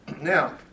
Now